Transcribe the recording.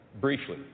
briefly